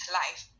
life